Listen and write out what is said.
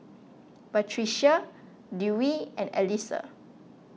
Batrisya Dewi and Alyssa